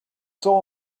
soul